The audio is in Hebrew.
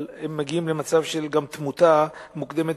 אבל הם מגיעים גם למצב של תמותה מוקדמת